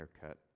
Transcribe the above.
haircut